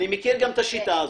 אני מכיר גם את השיטה הזאת.